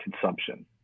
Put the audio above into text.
consumption